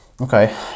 Okay